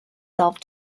self